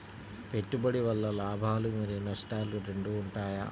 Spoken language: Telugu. పెట్టుబడి వల్ల లాభాలు మరియు నష్టాలు రెండు ఉంటాయా?